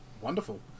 Wonderful